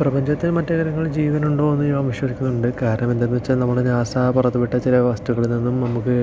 പ്രപഞ്ചത്തിലെ മറ്റ് ഗ്രഹങ്ങളിൽ ജീവൻ ഉണ്ട് എന്ന് ഞാൻ വിശ്വസിക്കുന്നുണ്ട് കാരണം എന്ത് എന്ന് വെച്ചാൽ നമ്മുടെ നമ്മൾ നാസ പുറത്ത് വിട്ട ചില വസ്തുക്കളിൽ നിന്നും നമുക്ക്